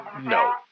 No